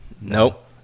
Nope